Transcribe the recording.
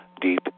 Deep